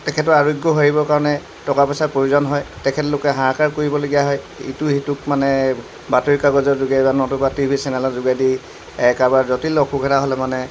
তেখেতৰ আৰোগ্য হৈ আহিবৰ কাৰণে টকা পইচাৰ প্ৰয়োজন হয় তেখেতলোকে হাহাকাৰ কৰিবলগীয়া হয় ইটো সিটোক মানে বাতৰিকাগজৰ যোগে নতুবা টি ভি চেনেলৰ যোগেদি কাৰোবাৰ জটিল অসুখ এটা হ'লে মানে